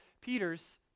Peter's